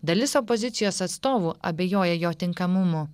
dalis opozicijos atstovų abejoja jo tinkamumu